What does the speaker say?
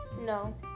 No